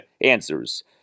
answers